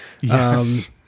Yes